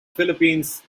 philippines